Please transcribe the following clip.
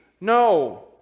No